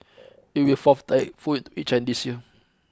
it will be the fourth typhoon to this year